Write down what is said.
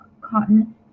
cotton